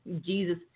Jesus